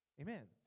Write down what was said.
Amen